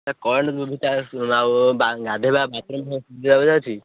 sir current ସୁବିଧା ରହିଅଛି